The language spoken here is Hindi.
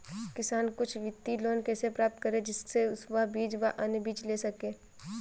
किसान कुछ वित्तीय लोन कैसे प्राप्त करें जिससे वह बीज व अन्य चीज ले सके?